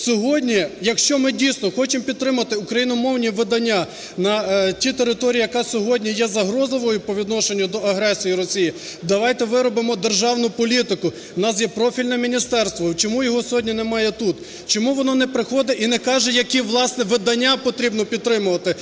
Сьогодні, якщо ми, дійсно, хочемо підтримати україномовні видання на тій території, яка сьогодні є загрозливою по відношенню до агресії Росії, давайте виробимо державну політику, у нас є профільне міністерство, чому його сьогодні немає тут? Чому воно не приходить і не каже, які, власне, видання потрібно підтримувати?